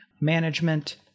management